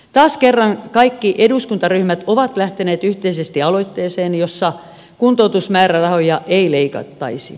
taas kerran kaikki eduskuntaryhmät ovat lähteneet yhteisesti aloitteeseeni jossa kuntoutusmäärärahoja ei leikattaisi